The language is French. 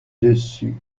dessus